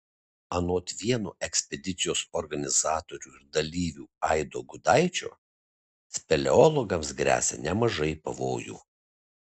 anot vieno ekspedicijos organizatorių ir dalyvių aido gudaičio speleologams gresia nemažai pavojų